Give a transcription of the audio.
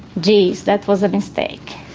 geeze, that was a mistake!